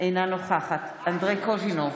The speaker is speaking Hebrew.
אינה נוכחת אנדרי קוז'ינוב,